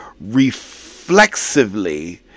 reflexively